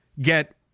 get